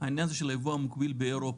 העניין של היבוא המקביל באירופה.